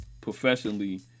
professionally